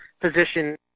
position